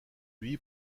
lui